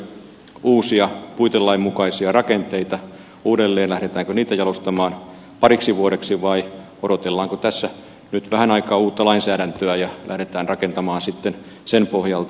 tehdäänkö uusia puitelain mukaisia rakenteita lähdetäänkö niitä jalostamaan pariksi vuodeksi vai odotellaanko tässä nyt vähän aikaa uutta lainsäädäntöä ja lähdetään rakentamaan sitten sen pohjalta